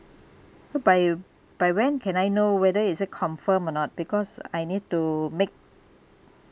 by by when can I know whether is it confirm or not because I need to make